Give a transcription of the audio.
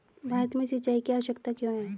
भारत में सिंचाई की आवश्यकता क्यों है?